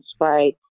right